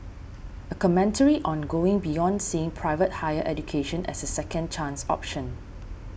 a commentary on going beyond seeing private higher education as a second chance option